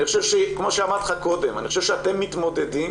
כמו שאמרת קודם, אני חושב שאתם מתמודדים